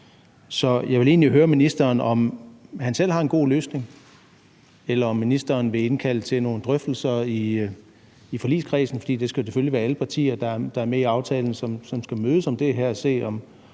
Så jeg vil egentlig høre ministeren, om han selv har en god løsning, eller om ministeren vil indkalde til nogle drøftelser i forligskredsen, for det skal selvfølgelig være alle partier, der er med i aftalen, som skal mødes om det her for at se,